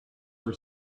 for